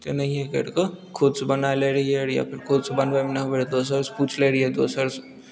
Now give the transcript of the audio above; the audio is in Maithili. तेनाहिए करि कऽ खुदसँ बनाय लैत रहियै ओरिया कऽ खुदसँ बनबैमे नहि बनै दोसरसँ पूछि लै रहियै दोसरसँ